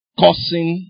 cursing